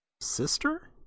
Sister